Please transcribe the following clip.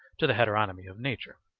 to the heteronomy of nature.